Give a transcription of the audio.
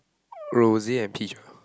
rosy and peach ah